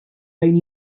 fejn